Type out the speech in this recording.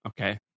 Okay